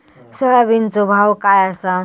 सोयाबीनचो भाव काय आसा?